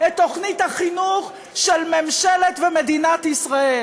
תוכנית החינוך של ממשלת ומדינת ישראל.